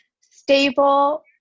stable